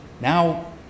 Now